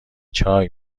چای